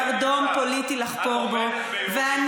שהפכו את הנושא הזה לקרדום פוליטי לחפור בו.